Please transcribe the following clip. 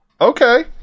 Okay